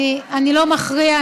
אני לא מכריע,